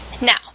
Now